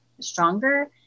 stronger